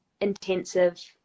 intensive